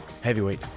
Heavyweight